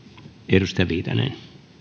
arvoisa puhemies